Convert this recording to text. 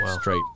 straight